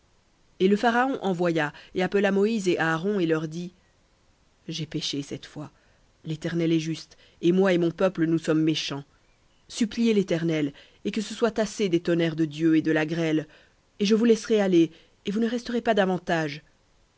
et le pharaon envoya et appela moïse et aaron et leur dit j'ai péché cette fois l'éternel est juste et moi et mon peuple nous sommes méchants suppliez l'éternel et que ce soit assez des tonnerres de dieu et de la grêle et je vous laisserai aller et vous ne resterez pas davantage